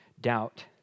doubt